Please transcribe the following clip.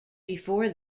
before